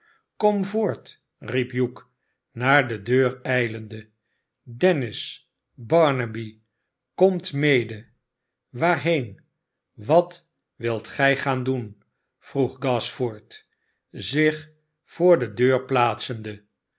hugh naar de deur ijlende dennis barnaby komt mede waarheen wat wilt gij gaan doen vroeg gashford zich voor de deur plaatsende